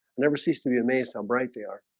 never cease to be amazed how bright they are